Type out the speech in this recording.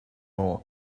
more